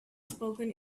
spoken